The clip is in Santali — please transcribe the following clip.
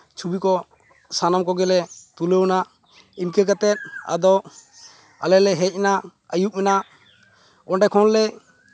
ᱪᱷᱚᱵᱤ ᱠᱚ ᱥᱟᱱᱟᱢ ᱠᱚᱜᱮᱞᱮ ᱛᱩᱞᱟᱹᱣᱱᱟ ᱤᱱᱟᱹ ᱠᱟᱛᱮᱜ ᱟᱫᱚ ᱟᱞᱮ ᱞᱮ ᱦᱮᱡ ᱮᱱᱟ ᱟᱹᱭᱩᱵ ᱮᱱᱟ ᱚᱸᱰᱮ ᱠᱷᱚᱱᱞᱮ